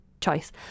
choice